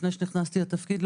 טרם כניסתי לתפקיד,